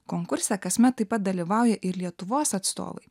konkurse kasmet taip pat dalyvauja ir lietuvos atstovai